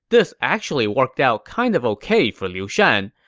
this actually worked out kind of ok for liu shan.